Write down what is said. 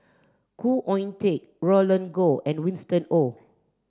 Khoo Oon Teik Roland Goh and Winston Oh